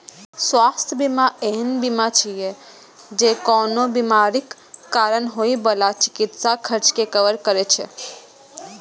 स्वास्थ्य बीमा एहन बीमा छियै, जे कोनो बीमारीक कारण होइ बला चिकित्सा खर्च कें कवर करै छै